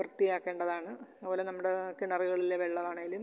വൃത്തിയാക്കേണ്ടതാണ് അതുപോലെ നമ്മുടേ കിണറുകളിലെ വെള്ളമാണെങ്കിലും